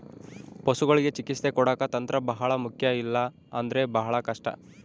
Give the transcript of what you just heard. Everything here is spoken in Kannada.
ಪಶುಗಳಿಗೆ ಚಿಕಿತ್ಸೆ ಕೊಡಾಕ ತಂತ್ರ ಬಹಳ ಮುಖ್ಯ ಇಲ್ಲ ಅಂದ್ರೆ ಬಹಳ ಕಷ್ಟ